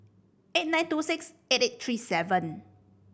eight nine two six eight eight three seven